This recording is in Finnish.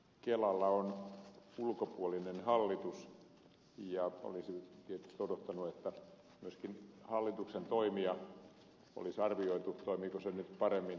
kelalla on ulkopuolinen hallitus ja olisi tietysti odottanut että myöskin hallituksen toimia olisi arvioitu toimiiko se nyt paremmin kuin aikaisemmin